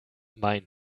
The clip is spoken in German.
mein